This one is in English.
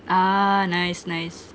ah nice nice